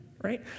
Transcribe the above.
right